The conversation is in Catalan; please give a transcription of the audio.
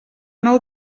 nou